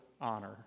honor